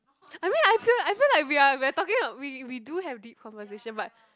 I mean I feel like I feel like we are we are talking like we we do have deep conversation but